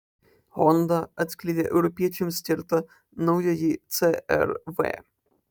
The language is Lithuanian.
honda atskleidė europiečiams skirtą naująjį cr v